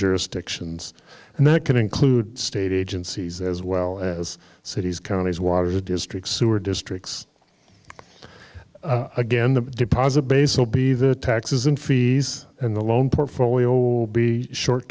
jurisdictions and that can include state agencies as well as cities counties water districts sewer districts again the deposit base will be the taxes and fees and the loan portfolio will be short